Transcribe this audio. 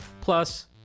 plus